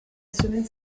semaine